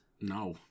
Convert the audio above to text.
No